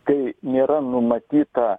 tai nėra numatyta